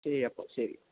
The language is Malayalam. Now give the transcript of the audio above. ശരിയപ്പോൾ ശരി